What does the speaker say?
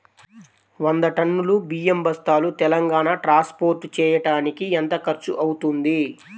వంద టన్నులు బియ్యం బస్తాలు తెలంగాణ ట్రాస్పోర్ట్ చేయటానికి కి ఎంత ఖర్చు అవుతుంది?